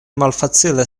malfacile